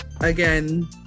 again